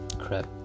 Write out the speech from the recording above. crap